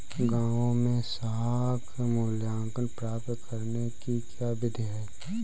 गाँवों में साख मूल्यांकन प्राप्त करने की क्या विधि है?